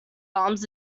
arms